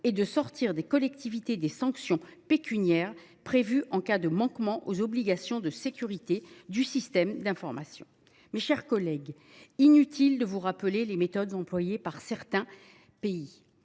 dispenser les collectivités des sanctions pécuniaires prévues en cas de manquement aux obligations de sécurité des systèmes d’information. Mes chers collègues, il est inutile de vous rappeler les méthodes employées par certains États,